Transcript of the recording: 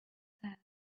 said